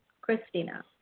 Christina